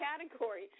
category